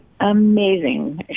amazing